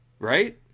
Right